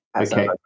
Okay